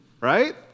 Right